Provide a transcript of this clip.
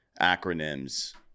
acronyms